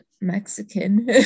Mexican